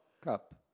cup